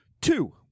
Two